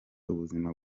ubuzima